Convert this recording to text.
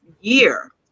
year